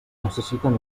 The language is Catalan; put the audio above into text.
necessiten